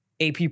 AP